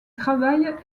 travaillent